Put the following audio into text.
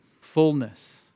fullness